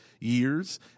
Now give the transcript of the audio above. years